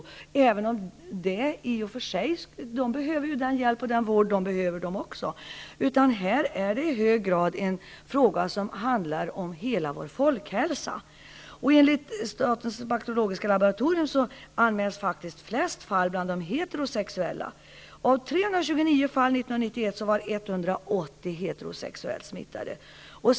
De behöver i och för sig också hjälp och vård. Det är i hög grad en fråga som gäller hela vår folkhälsa. Enligt statens bakteriologiska laboratorium anmäls faktiskt flest fall bland de heterosexuella. Av 329 fall 1991 var 180 heterosexuellt smittade.